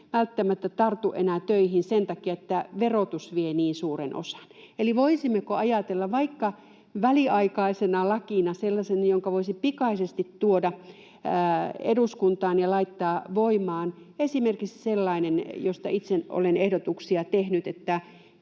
välttämättä tartu enää töihin sen takia, että verotus vie niin suuren osan. Eli voisimmeko ajatella vaikka väliaikaisena lakina sellaista, jonka voisi pikaisesti tuoda eduskuntaan ja laittaa voimaan, esimerkiksi sellaista, josta itse olen ehdotuksia tehnyt, että